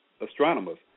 astronomers